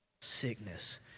sickness